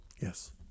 Yes